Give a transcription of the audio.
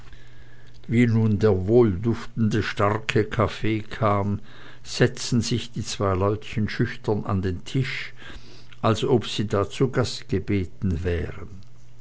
wie nun der wohlduftende starke kaffee kam setzten sich die zwei leutchen schüchtern an den tisch als ob sie da zu gast gebeten wären